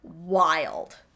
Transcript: wild